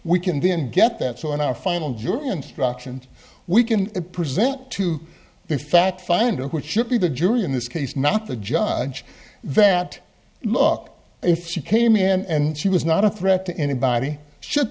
we can then get that so in our final jury instructions we can present to the fact finder which should be the jury in this case not the judge that look if she came in and she was not a threat to anybody should